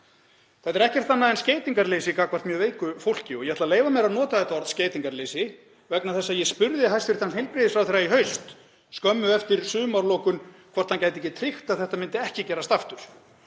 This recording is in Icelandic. Þetta er ekkert annað en skeytingarleysi gagnvart mjög veiku fólki og ég ætla að leyfa mér að nota þetta orð, skeytingarleysi, vegna þess að ég spurði hæstv. heilbrigðisráðherra í haust, skömmu eftir sumarlokun, hvort hann gæti ekki tryggt að þetta myndi ekki gerast aftur.